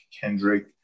Kendrick